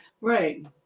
Right